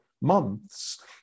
months